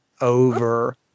over